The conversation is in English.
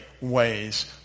ways